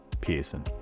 Pearson